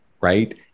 right